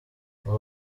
abo